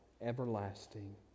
everlasting